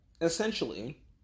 essentially